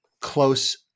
close